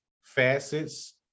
facets